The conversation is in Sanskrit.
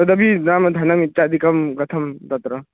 तदपि नाम धनमित्यादिकं कथं तत्र